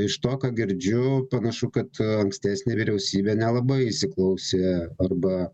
iš to ką girdžiu panašu kad ankstesnė vyriausybė nelabai įsiklausė arba